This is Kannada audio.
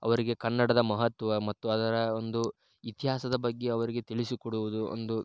ಅವರಿಗೆ ಕನ್ನಡದ ಮಹತ್ವ ಮತ್ತು ಅದರ ಒಂದು ಇತಿಹಾಸದ ಬಗ್ಗೆ ಅವರಿಗೆ ತಿಳಿಸಿಕೊಡುವುದು ಒಂದು